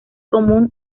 común